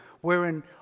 wherein